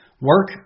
Work